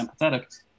empathetic